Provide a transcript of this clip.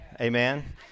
Amen